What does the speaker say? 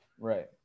Right